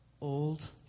old